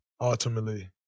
ultimately